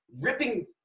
ripping